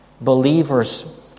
believers